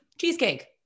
cheesecake